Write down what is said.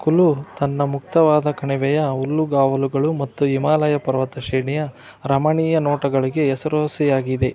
ಕುಲು ತನ್ನ ಮುಕ್ತವಾದ ಕಣಿವೆಯ ಹುಲ್ಲುಗಾವಲುಗಳು ಮತ್ತು ಹಿಮಾಲಯ ಪರ್ವತ ಶ್ರೇಣಿಯ ರಮಣೀಯ ನೋಟಗಳಿಗೆ ಎಸರೋಸಿಯಾಗಿದೆ